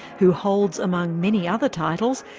who holds, among many other titles,